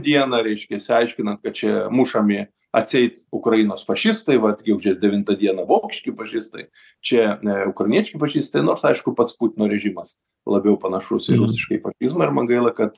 dieną reiškiasi aiškinant kad čia mušami atseit ukrainos fašistai vat gegužės devintą dieną vokiški fašistai čia ukrainiečiai pažeisti nors aišku pats putino režimas labiau panašus į rusiškąjį fašizmą ir man gaila kad